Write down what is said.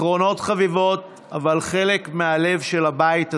אחרונות חביבות, אבל חלק מהלב של הבית הזה,